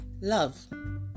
love